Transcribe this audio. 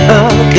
up